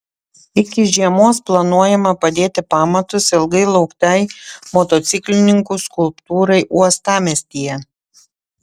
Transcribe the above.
iki žiemos planuojama padėti pamatus ilgai lauktai motociklininkų skulptūrai uostamiestyje